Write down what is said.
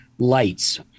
lights